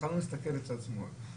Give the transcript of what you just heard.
הוא בחר להסתכל לצד שמאל.